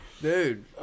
Dude